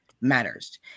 matters